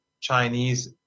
Chinese